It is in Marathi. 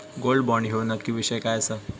गोल्ड बॉण्ड ह्यो नक्की विषय काय आसा?